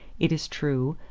it is true,